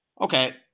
Okay